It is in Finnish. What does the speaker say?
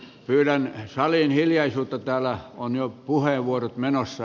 pyydän saliin hiljaisuutta täällä on jo puheenvuorot menossa